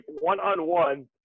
one-on-one